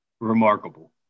remarkable